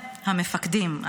המפקדים,